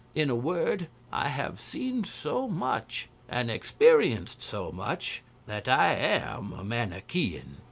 in a word i have seen so much, and experienced so much that i am a manichean.